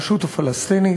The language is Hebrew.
הרשות הפלסטינית.